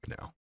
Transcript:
now